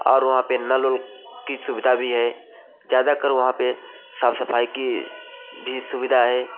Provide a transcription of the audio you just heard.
और वहाँ पर नल वल की सुविधा भी है ज़्यादातर वहाँ पर साफ़ सफ़ाई की भी सुविधा है